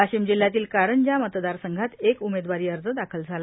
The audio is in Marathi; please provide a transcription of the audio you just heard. वाशिम जिल्ह्यातील कारंजा मतदारसंघात एक उमेदवारी अर्ज दाखल झाला